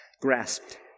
Grasped